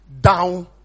down